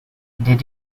did